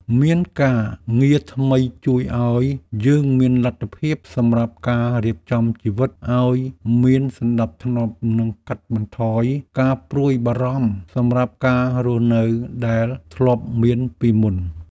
មានការងារថ្មីជួយឱ្យយើងមានលទ្ធភាពសម្រាប់ការរៀបចំជីវិតឱ្យមានសណ្ដាប់ធ្នាប់និងកាត់បន្ថយការព្រួយបារម្ភសម្រាប់ការរស់នៅដែលធ្លាប់មានពីមុន។